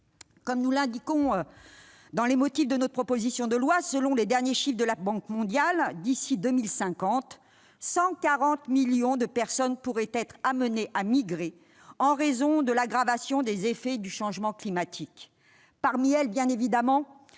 Comme nous l'indiquons dans l'exposé des motifs de notre proposition de loi, d'après les derniers chiffres de la Banque mondiale, d'ici à 2050, 140 millions de personnes pourraient être amenées à migrer en raison de l'aggravation des effets du changement climatique. Parmi elles, bien évidemment,